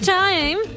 time